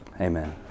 Amen